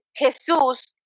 Jesús